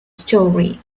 story